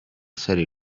serie